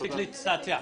מספיק להצטעצע.